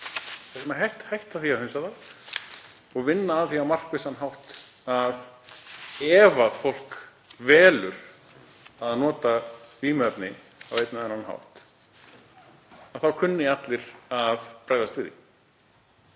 Við eigum að hætta að hunsa það og vinna að því á markvissan hátt að ef fólk velur að nota vímuefni á einn eða annan hátt þá kunni allir að bregðast við því,